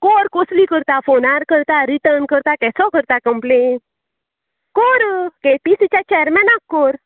कोर कसली करता फोनार करता रिटर करता केसो करता कंप्लेन कोर केटीसीच्या चेरमेनाक कोर